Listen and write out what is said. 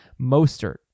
Mostert